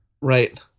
right